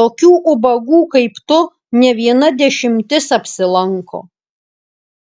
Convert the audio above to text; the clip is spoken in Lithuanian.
tokių ubagų kaip tu ne viena dešimtis apsilanko